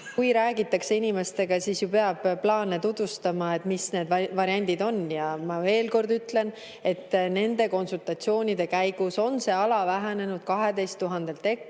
kui räägitakse inimestega, siis peab plaane tutvustama, mis need variandid on. Ma veel kord ütlen, et nende konsultatsioonide käigus on see ala vähenenud 12 000